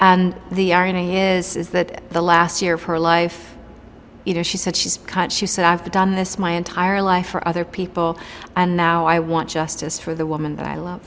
and the irony is that the last year of her life you know she said she's she said i've done this my entire life for other people and now i want justice for the woman that i love